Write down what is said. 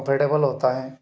comfortable होता है